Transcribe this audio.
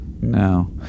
No